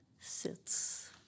sits